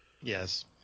Yes